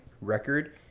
record